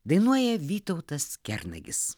dainuoja vytautas kernagis